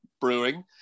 Brewing